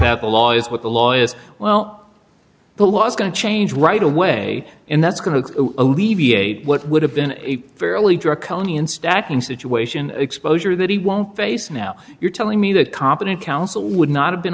about the law is what the law is well the law is going to change right away and that's going to alleviate what would have been a fairly draconian stacking situation exposure or that he won't face now you're telling me that competent counsel would not have been